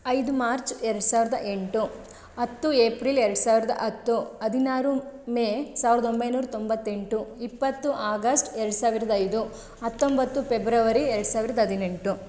ಐದು ಮಾರ್ಚ್ ಎರಡು ಸಾವಿರದ ಎಂಟು ಹತ್ತು ಏಪ್ರಿಲ್ ಎರಡು ಸಾವಿರದ ಹತ್ತು ಹದಿನಾರು ಮೇ ಸಾವಿರದ ಒಂಬೈನೂರ ತೊಂಬತ್ತೆಂಟು ಇಪ್ಪತ್ತು ಆಗಸ್ಟ್ ಎರಡು ಸಾವಿರದ ಐದು ಹತ್ತೊಂಬತ್ತು ಪೆಬ್ರವರಿ ಎರಡು ಸಾವಿರದ ಹದಿನೆಂಟು